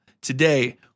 Today